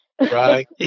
Right